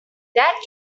that